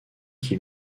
qui